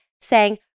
saying-